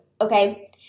Okay